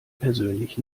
persönlich